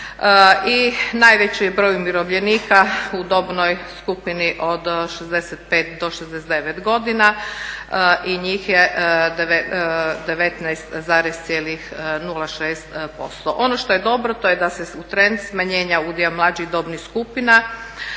I najveći broj umirovljenika u dobnoj skupini od 65 do 69 godina i njih je 19,06%. Ono što je dobro to je da se u trend smanjenja udjela mlađih dobnih skupina